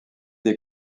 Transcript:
des